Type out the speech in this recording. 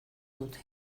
dute